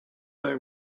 they